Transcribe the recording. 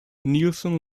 neilson